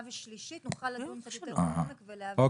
ושלישית נוכל לדון קצת יותר לעומק ולהבין.